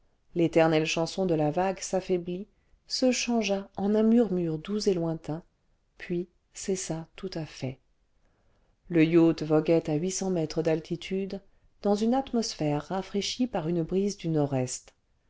l'éternelle chanson de la vague s'affaiblit se changea en un murmure doux et lointain puis cessa tout à fait le yacht voguait à huit cents mètres d'altitude dans une atmosphère rafraîchie par une brise du nord-est